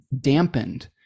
dampened